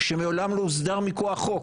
שמעולם לא הוסדר מכוח חוק,